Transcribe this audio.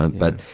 but,